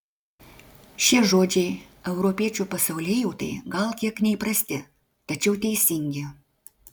šie žodžiai europiečio pasaulėjautai gal kiek neįprasti tačiau teisingi